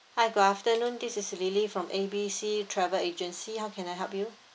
hi good afternoon this is lily from A B C travel agency how can I help you